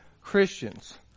Christians